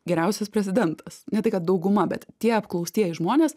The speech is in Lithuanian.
geriausias prezidentas ne tai kad dauguma bet tie apklaustieji žmonės